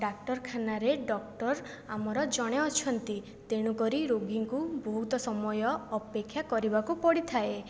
ଡାକ୍ତରଖାନାରେ ଡକ୍ଟର ଆମର ଜଣେ ଅଛନ୍ତି ତେଣୁ କରି ରୋଗୀଙ୍କୁ ବହୁତ ସମୟ ଅପେକ୍ଷା କରିବାକୁ ପଡ଼ିଥାଏ